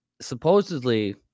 supposedly